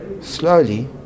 slowly